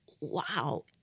wow